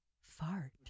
Fart